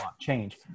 change